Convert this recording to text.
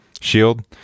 shield